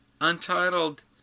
Untitled